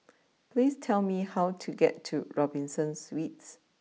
please tell me how to get to Robinson Suites